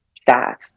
staff